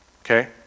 okay